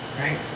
right